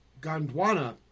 Gondwana